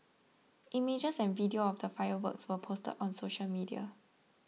images and video of the fireworks were posted on social media